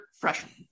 Freshman